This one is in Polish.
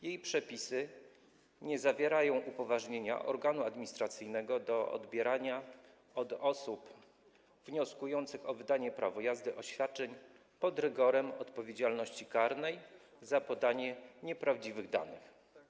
Jej przepisy nie zawierają upoważnienia organu administracyjnego do odbierania od osób wnioskujących o wydanie prawa jazdy oświadczeń pod rygorem odpowiedzialności karnej za podanie nieprawdziwych danych.